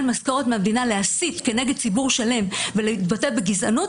משכורת מהמדינה להסית כנגד ציבור שלם ולהתבטא בגזענות,